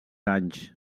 anys